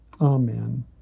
Amen